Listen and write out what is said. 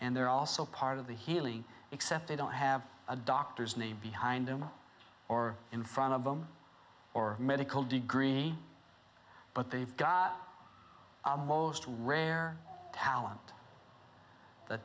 and they're also part of the healing except they don't have a doctor's name behind them or in front of them or medical degree but they've got a most rare talent the